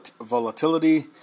volatility